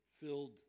filled